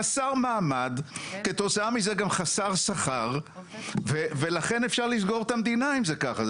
חסר מעמד כתוצאה מזה גם חסר שכר ולכן אפשר לסגור את המדינה אם זה ככה.